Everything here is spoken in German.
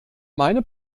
meine